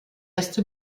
erste